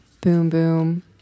boom-boom